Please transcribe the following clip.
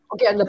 Okay